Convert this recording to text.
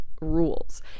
rules